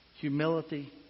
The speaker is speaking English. Humility